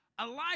Elijah